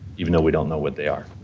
even though we don't know what they are.